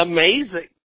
Amazing